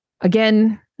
Again